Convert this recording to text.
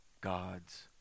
God's